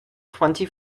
twenty